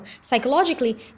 psychologically